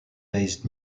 based